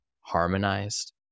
harmonized